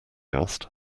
asked